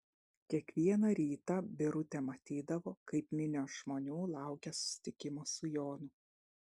kiekvieną rytą birutė matydavo kaip minios žmonių laukia susitikimo su jonu